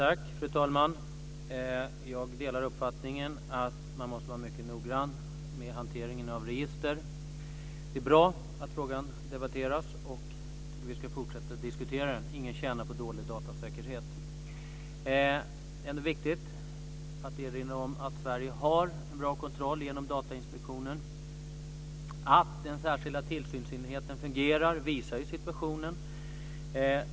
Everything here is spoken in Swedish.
Fru talman! Jag delar uppfattningen att man måste vara mycket noggrann med hanteringen av register. Det är bra att frågan debatteras, och vi ska fortsätta att diskutera den. Ingen tjänar på dålig datasäkerhet. Det är viktigt att erinra om att Sverige har en bra kontroll genom Datainspektionen. Situationen visar att den särskilda tillsynsmyndigheten fungerar.